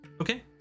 Okay